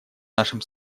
нашем